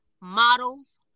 models